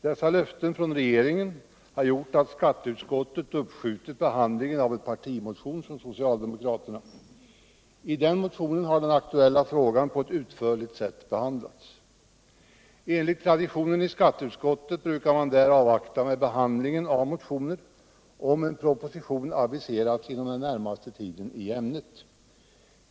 Dessa löften från flykt regeringen har gjort att skatteutskottet har uppskjutit behandlingen av en partimotion från socialdemokraterna. I den motionen hade den aktuella frågan på ett utförligt sätt behandlats. Enligt traditionen i skatteutskottet brukar man avvakta med behandlingen av motioner om en proposition i ämnet aviserats inom den närmaste tiden.